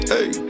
Hey